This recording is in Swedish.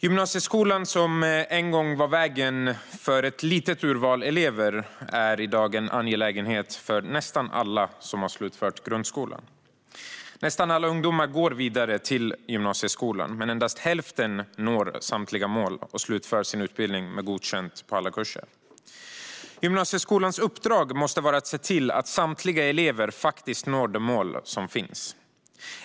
Gymnasieskolan, som en gång var vägen för ett litet urval elever, är i dag en angelägenhet för nästan alla som slutfört grundskolan. Nästan alla ungdomar går vidare till gymnasieskolan, men endast hälften når samtliga mål och slutför sin utbildning med godkänt på alla kurser. Gymnasieskolans uppdrag måste vara att se till att samtliga elever faktiskt når de mål som finns.